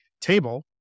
table